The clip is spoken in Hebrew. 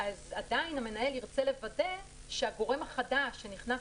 עדיין המנהל ירצה לוודא שהגורם החדש שנכנס